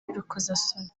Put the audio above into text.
y’urukozasoni